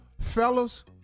Fellas